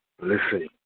Listen